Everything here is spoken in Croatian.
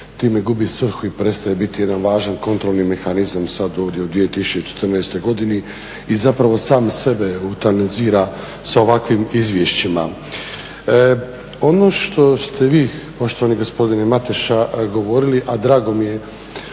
time gubi svrhu i prestaje biti jedan važan kontrolni mehanizam sad ovdje u 2014. godini i zapravo sam sebe utanzira sa ovakvim izvješćima. Ono što ste vi poštovani gospodine Mateša govorili a drago mi je